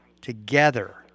together